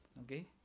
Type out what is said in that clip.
okay